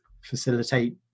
facilitate